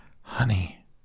Honey